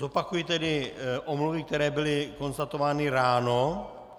Zopakuji tedy omluvy, které byly konstatovány ráno.